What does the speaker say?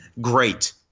great